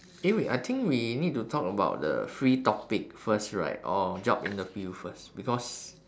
eh wait I think we need to talk about the free topic first right or job interview first because